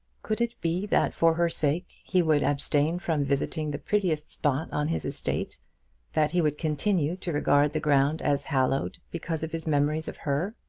could it be that for her sake he would abstain from visiting the prettiest spot on his estate that he would continue to regard the ground as hallowed because of his memories of her?